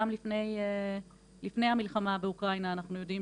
גם לפני המלחמה באוקראינה אנחנו יודעים